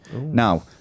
Now